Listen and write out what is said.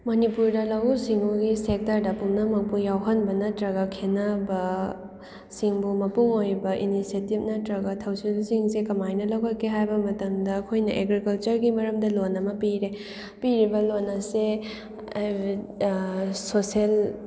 ꯃꯅꯤꯄꯨꯔꯗ ꯂꯧꯎ ꯁꯤꯡꯎꯒꯤ ꯁꯦꯛꯇꯔꯗ ꯄꯨꯝꯅꯃꯛꯄꯨ ꯌꯥꯎꯍꯟꯕ ꯅꯠꯇ꯭ꯔꯒ ꯈꯦꯠꯅꯕ ꯁꯤꯡꯕꯨ ꯃꯄꯨꯡ ꯑꯣꯏꯕ ꯏꯅꯤꯁꯦꯇꯤꯞ ꯅꯠꯇ꯭ꯔꯒ ꯊꯧꯁꯤꯜꯁꯤꯡꯁꯦ ꯀꯃꯥꯏꯅ ꯂꯧꯈꯠꯀꯦ ꯍꯥꯏꯕ ꯃꯇꯝꯗ ꯑꯩꯈꯣꯏꯅ ꯑꯦꯒ꯭ꯔꯤꯀꯜꯆꯔꯒꯤ ꯃꯔꯝꯗ ꯂꯣꯟ ꯑꯃ ꯄꯤꯔꯦ ꯄꯤꯔꯤꯕ ꯂꯣꯟ ꯑꯁꯦ ꯁꯣꯁꯦꯜ